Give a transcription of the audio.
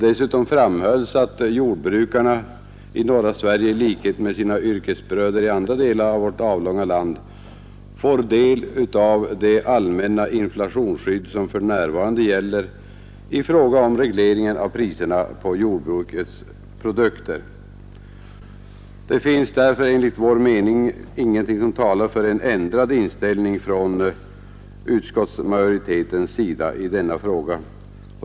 Dessutom framhölls att jordbrukarna i norra Sverige i likhet med sina yrkesbröder i andra delar av vårt avlånga land får del av det allmänna inflationsskydd som för närvarande gäller i fråga om regleringen av priserna på jordbrukets produkter. Det finns därför enligt vår mening ingenting som talar för en ändrad inställning från utskottets sida i denna fråga.